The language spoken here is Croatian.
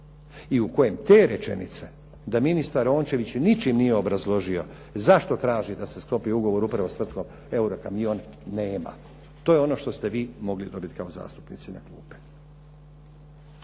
i u kojem te rečenice da ministar Rončević ničim nije obrazložio zašto traži da se sklopi ugovor upravo s tvrtkom "Eurokamion" nema. To je ono što ste vi mogli dobiti kao zastupnici na klupe.